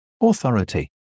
authority